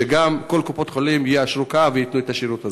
שכל קופות-החולים יישרו קו וייתנו את השירות הזה.